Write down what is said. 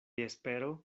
espero